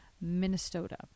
Minnesota